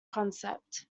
concept